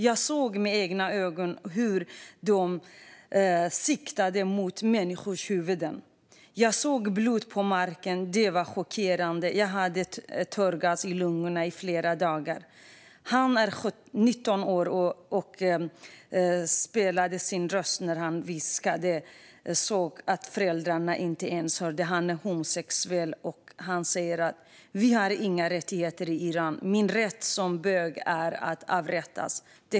Jag såg med egna ögon hur de siktade mot människors huvud. Jag såg blod på marken. Det var chockerande. Jag hade tårgas i lungorna i flera dagar. Han är 19 år och viskade så att föräldrarna inte hörde. Han är homosexuell och säger: Vi har inga rättigheter i Iran. Min rättighet som bög är att avrättas.